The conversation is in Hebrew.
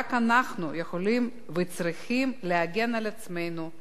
רק אנחנו יכולים וצריכים להגן על עצמנו,